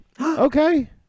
Okay